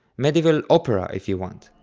medieval opera if you want.